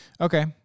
Okay